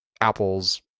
Apple's